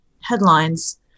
headlines